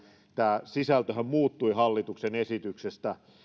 tämä sisältöhän muuttui hallituksen esityksestä